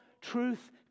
truth